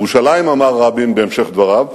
ירושלים", אמר יצחק רבין בהמשך דבריו,